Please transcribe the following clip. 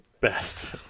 best